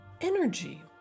energy